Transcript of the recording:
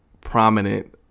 prominent